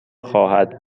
خواهد